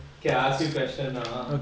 okay I ask you question now ah